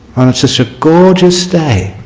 on such a gorgeous day!